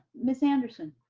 ms. anderson?